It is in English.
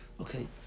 Okay